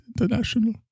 international